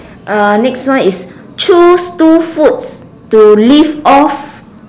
uh next one is choose two foods to live off